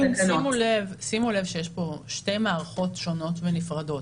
שימו לב שימו לב שיש פה שתי מערכות שונות ונפרדות.